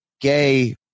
gay